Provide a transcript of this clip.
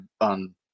on